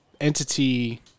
entity